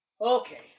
okay